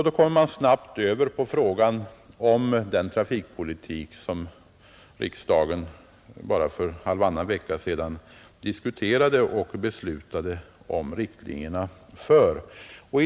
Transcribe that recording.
Då kommer man snabbt över på frågan om den trafikpolitik som riksdagen bara för halvannan vecka sedan diskuterade och beslutade om riktlinjer för.